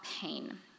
pain